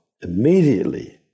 immediately